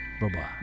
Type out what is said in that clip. Bye-bye